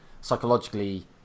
psychologically